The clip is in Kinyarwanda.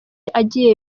agiye